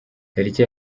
tariki